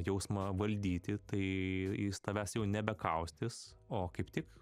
jausmą valdyti tai jis tavęs jau nebekaustys o kaip tik